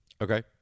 okay